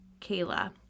Kayla